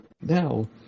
Now